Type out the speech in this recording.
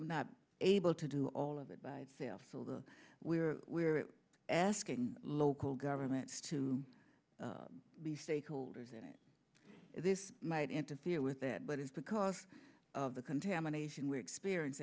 able to do all of it by itself so the we're asking local governments to be stakeholders in it this might interfere with that but it's because of the contamination we experience